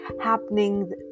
happening